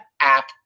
app